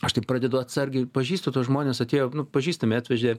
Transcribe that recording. aš taip pradedu atsargiai pažįstu tuos žmones atėjo pažįstami atvežė